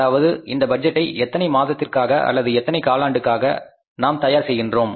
அதாவது இந்த பட்ஜெட்டை எத்தனை மாதத்திற்காக அல்லது எத்தனை காலாண்டுகாக நாம் தயார் செய்கின்றோம்